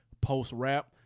post-rap